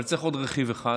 אבל צריך עוד רכיב אחד